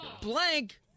blank